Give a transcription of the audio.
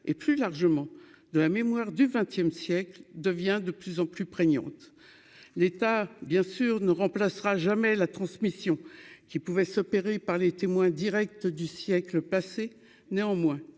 et plus largement de la mémoire du 20ème siècle devient de plus en plus prégnante l'État bien- sûr ne remplacera jamais la transmission qui pouvait s'opérer par les témoins Directs du siècle passé, néanmoins,